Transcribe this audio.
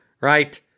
right